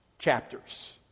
chapters